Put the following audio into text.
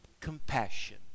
compassion